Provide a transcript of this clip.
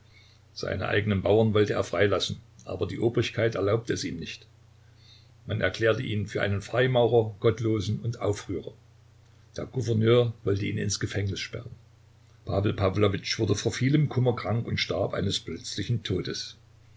seine eigenen bauern wollte er freilassen aber die obrigkeit erlaubte es ihm nicht man erklärte ihn für einen freimaurer gottlosen und aufrührer der gouverneur wollte ihn ins gefängnis sperren pawel pawlowitsch wurde vor vielem kummer krank und starb eines plötzlichen todes